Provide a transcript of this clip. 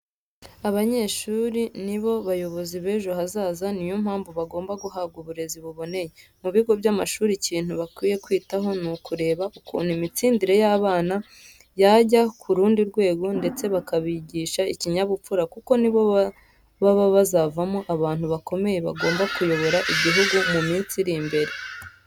Abanyeshuri ni bo bayobozi b'ejo hazaza niyo mpamvu bagomba guhabwa uburezi buboneye. Mu bigo by'amashuri ikintu bakwiye kwitaho ni ukureba ukuntu imitsindire y'abana yajya ku rundi rwego ndetse bakabigisha ikinyabupfura kuko ni bo baba bazavamo abantu bakomeye bagomba kuyobora igihugu mu minsi iri imbere.